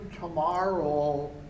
tomorrow